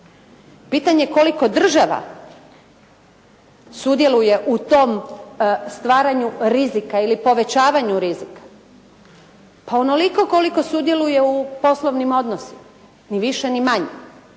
Pitanje koliko država sudjeluje u tom stvaranju rizika ili povećavanju rizika, pa onoliko koliko sudjeluje u poslovnim odnosima ni više ni manje.